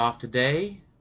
today